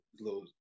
little